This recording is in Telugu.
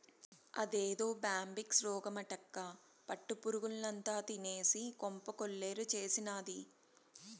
అదేదో బ్యాంబిక్స్ రోగమటక్కా పట్టు పురుగుల్నంతా తినేసి కొంప కొల్లేరు చేసినాది